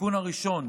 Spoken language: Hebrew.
התיקון הראשון